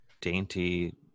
dainty